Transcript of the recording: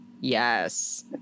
yes